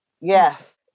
yes